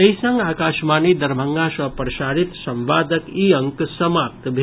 एहि संग आकाशवाणी दरभंगा सँ प्रसारित संवादक ई अंक समाप्त भेल